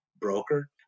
broker